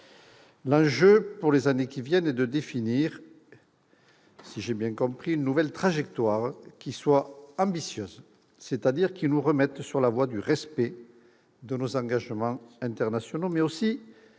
l'enjeu, pour les années qui viennent, est de définir une nouvelle trajectoire qui soit « ambitieuse », c'est-à-dire qui nous remette sur la voie du respect de nos engagements internationaux, mais aussi